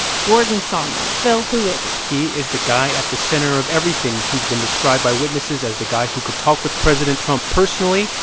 gordon sondland. phil, who is he? he is the guy at the center of everything. he's been described by witnesses as the guy who could talk with president trump personally.